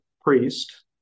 priest